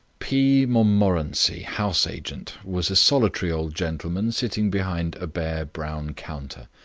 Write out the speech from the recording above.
p. montmorency, house-agent, was a solitary old gentleman sitting behind a bare brown counter.